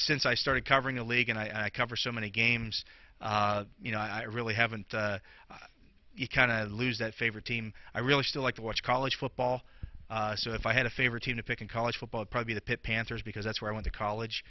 since i started covering the league and i cover so many games you know i really haven't you kind of lose that favorite team i really still like to watch college football so if i had a favorite team to pick in college football probably the pitt panthers because that's where i went to college